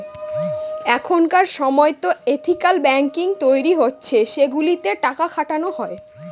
এখনকার সময়তো ethical banking তৈরী হচ্ছে সেগুলোতে টাকা খাটানো হয়